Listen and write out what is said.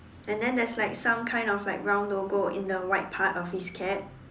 and then there is like some kind of like round logo in the white part of his cap